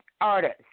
artist